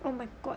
oh my god